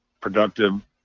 productive